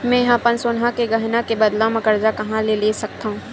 मेंहा अपन सोनहा के गहना के बदला मा कर्जा कहाँ ले सकथव?